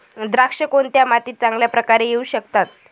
द्राक्षे कोणत्या मातीत चांगल्या प्रकारे येऊ शकतात?